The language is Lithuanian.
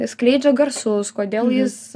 skleidžia garsus kodėl jis